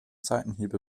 seitenhiebe